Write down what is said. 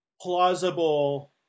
plausible